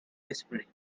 whispering